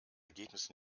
ergebnis